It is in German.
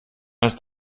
ist